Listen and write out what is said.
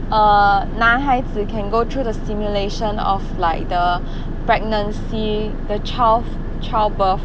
err 男孩子 can go through the simulation of like the pregnancy the child childbirth